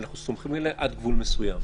אנחנו סומכים עד גבול מסוים.